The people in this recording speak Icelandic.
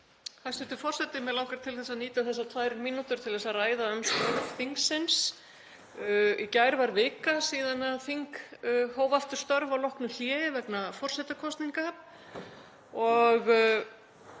Hæstv. forseti. Mig langar til þess að nýta þessar tvær mínútur til að ræða um störf þingsins. Í gær var vika síðan þing hóf störf að loknu hléi vegna forsetakosninga